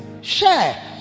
share